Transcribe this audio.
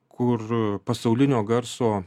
kur pasaulinio garso